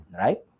right